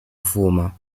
former